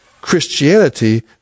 Christianity